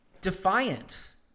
defiance